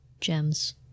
gems